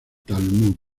talmud